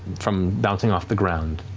from bouncing off the ground.